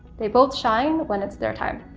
they both shine when it's their time.